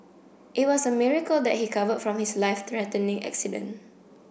it was a miracle that he recovered from his life threatening accident